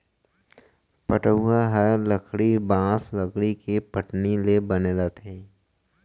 पटउहॉं हर लकड़ी, बॉंस, लकड़ी के पटनी ले बने रथे